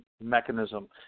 mechanism